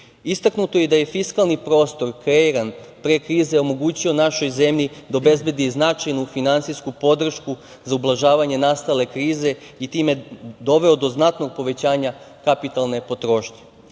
podrške. Istaknuto je da je fiskalni prostor kreiran pre krize omogućio našoj zemlji da obezbedi značajnu finansijsku podršku za ublažavanje nastale krize i time doveo do znatnog povećanja kapitalne potrošnje.